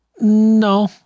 No